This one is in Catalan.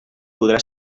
podrà